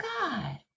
God